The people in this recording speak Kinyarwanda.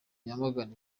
yamagana